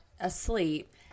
asleep